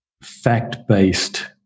fact-based